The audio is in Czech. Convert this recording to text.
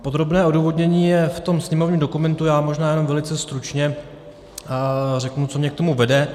Podrobné odůvodnění je v tom sněmovním dokumentu, já možná jenom velice stručně řeknu, co mě k tomu vede.